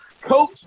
Coach